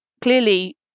clearly